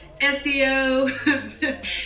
SEO